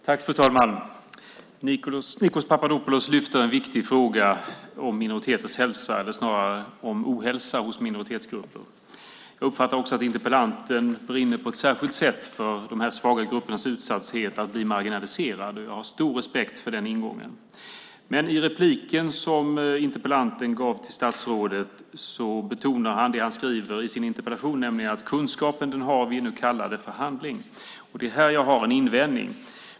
Fru talman! Nikos Papadopoulos lyfter fram en viktig fråga, om ohälsa hos minoritetsgrupper. Jag uppfattar också att interpellanten brinner särskilt för de här svaga grupperna, som är utsatta för risken att bli marginaliserade. Jag har stor respekt för den ingången. I interpellantens kommentar till statsrådet betonar han det han skriver i sin interpellation, nämligen att vi har kunskapen men att det nu krävs handling. Det är här jag har en invändning.